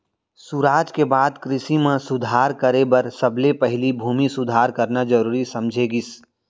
सुराज के बाद कृसि म सुधार करे बर सबले पहिली भूमि सुधार करना जरूरी समझे गिस